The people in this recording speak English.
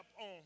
on